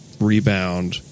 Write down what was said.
rebound